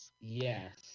Yes